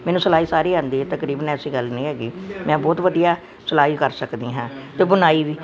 ਮੈਨੂੰ ਸਿਲਾਈ ਸਾਰੀ ਆਉਂਦੀ ਤਕਰੀਬਨ ਐਸੀ ਗੱਲ ਨਹੀਂ ਹੈਗੀ ਮੈਂ ਬਹੁਤ ਵਧੀਆ ਸਿਲਾਈ ਕਰ ਸਕਦੀ ਹਾਂ ਅਤੇ ਬੁਣਾਈ ਵੀ